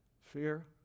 Fear